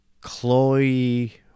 Chloe